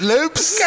Loops